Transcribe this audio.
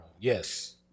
Yes